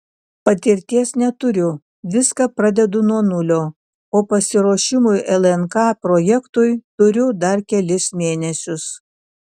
patirties neturiu viską pradedu nuo nulio o pasiruošimui lnk projektui turiu dar kelis mėnesius